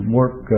work